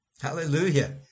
Hallelujah